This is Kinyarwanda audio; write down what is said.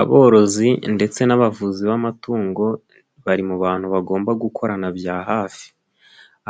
Aborozi ndetse n'abavuzi b'amatungo bari mu bantu bagomba gukorana bya hafi,